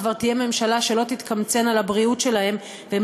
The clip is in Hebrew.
כבר תהיה ממשלה שלא תתקמצן על הבריאות שלהם והם